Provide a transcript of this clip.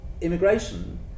immigration